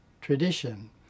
tradition